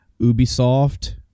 ubisoft